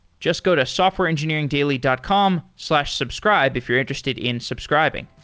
just go to softwareengineeringdaily dot com slash subscribe if you're interested in subscribing.